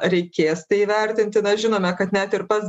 reikės tai įvertinti na žinome kad net ir pats